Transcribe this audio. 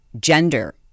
gender